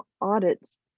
audits